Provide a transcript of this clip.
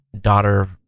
daughter